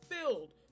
filled